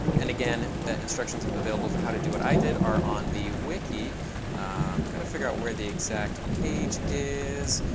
and, again, the instructions available for how to do what i did are on the wiki. i've got to figure out where the exact page is.